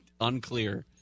Unclear